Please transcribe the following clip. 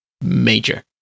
major